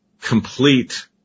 complete